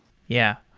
yeah.